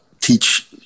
teach